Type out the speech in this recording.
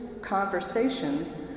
conversations